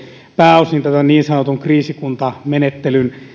pääosin niin sanotun kriisikuntamenettelyn